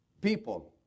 people